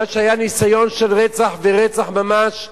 מה שהיה, ניסיון של רצח ורצח ממש,